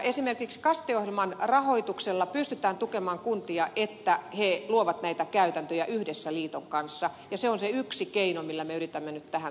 esimerkiksi kaste ohjelman rahoituksella pystytään tukemaan kuntia että ne luovat näitä käytäntöjä yhdessä liiton kanssa ja se on se yksi keino millä me yritämme nyt tähän saada sitten apua